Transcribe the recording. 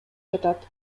жатат